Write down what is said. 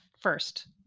first